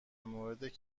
مورد